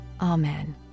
amen